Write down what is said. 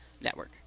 Network